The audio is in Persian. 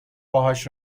باهاش